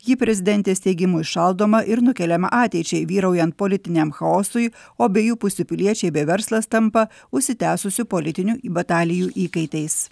ji prezidentės teigimu įšaldoma ir nukeliama ateičiai vyraujant politiniam chaosui o abiejų pusių piliečiai bei verslas tampa užsitęsusių politinių batalijų įkaitais